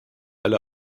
alle